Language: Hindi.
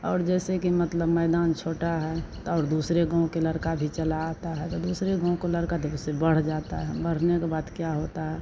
और जैसे कि मतलब मैदान छोटा है और दूसरे गाँव के लड़का भी चला आता है तो दूसरे गाँव के लड़का देव से बढ़ जाता है बढ़ने के बाद क्या होता है